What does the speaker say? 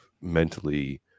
mentally